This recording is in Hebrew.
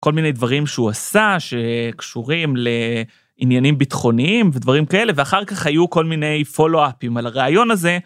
כל מיני דברים שהוא עשה שקשורים לעניינים ביטחוניים ודברים כאלה ואחר כך היו כל מיני פולו אפים על הרעיון הזה.